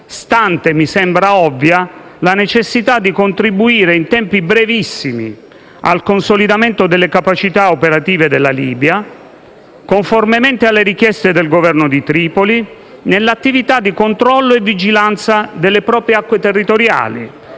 stante - mi sembra ovvia - la necessità di contribuire in tempi brevissimi al consolidamento delle capacità operative della Libia, conformemente alle richieste del Governo di Tripoli, nell'attività di controllo e vigilanza delle proprie acque territoriali,